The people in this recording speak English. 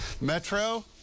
metro